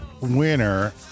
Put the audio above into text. winner